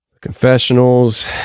confessionals